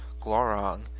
Glorong